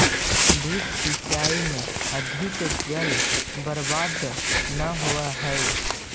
drip सिंचाई में अधिक जल बर्बाद न होवऽ हइ